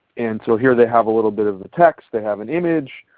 and so here they have a little bit of the text. they have an image,